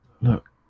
Look